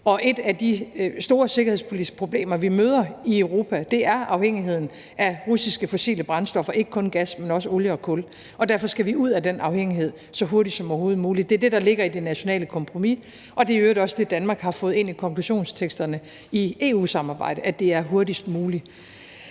og et af de store sikkerhedspolitiske problemer, vi møder i Europa, er afhængigheden af russiske fossile brændstoffer – ikke kun gas, men også olie og kul – og derfor skal vi ud af den afhængighed så hurtigt som overhovedet muligt. Det er det, der ligger i det nationale kompromis, og i øvrigt også det, Danmark har fået ind i konklusionsteksterne i EU-samarbejdet: at det er hurtigst muligt.